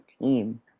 team